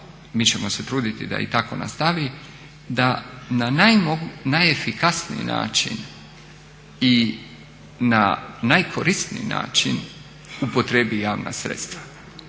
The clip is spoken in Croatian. mi ćemo se truditi da i tako nastavi da na najefikasniji način i na najkorisniji način upotrijebi javna sredstva.